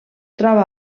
troba